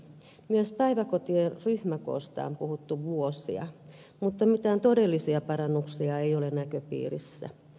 myös päiväkotien ryhmäkoosta on puhuttu vuosia mutta mitään todellisia parannuksia ei ole näköpiirissä